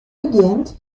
begjint